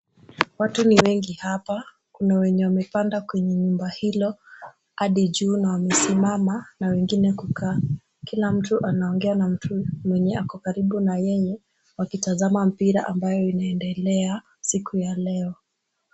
Watu ni wengi hapa. Kuna wenye wamepanda kwenye nyumba hilo hadi juu na wamesimama na wengine kukaa. Kila mtu anaongea na mtu mwenye ako karibu na yeye, wakitazama mpira ambayo inaendelea siku ya leo.